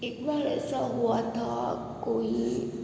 एक बार ऐसा हुआ था कोई